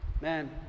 Man